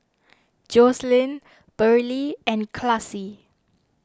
Joselyn Burley and Classie